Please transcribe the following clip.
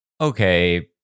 okay